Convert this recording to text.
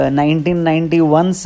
1991